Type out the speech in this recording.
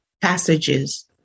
passages